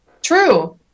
true